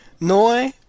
Noi